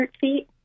feet